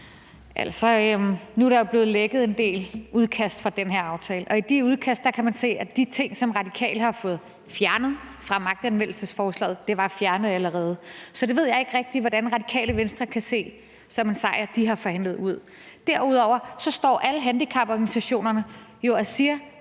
Nu er der jo blevet lækket en del udkast fra den her aftale, og i de udkast kan man se, at de ting, som Radikale har fået fjernet fra magtanvendelsesforslaget, var fjernet allerede, så det ved jeg ikke rigtig hvordan Radikale Venstre kan se som en sejr de har forhandlet ud. Derudover står alle handicaporganisationerne jo og siger: